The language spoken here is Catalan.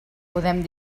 podem